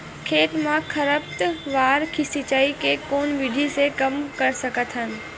खेत म खरपतवार सिंचाई के कोन विधि से कम कर सकथन?